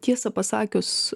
tiesą pasakius